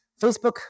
Facebook